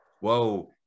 whoa